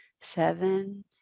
seven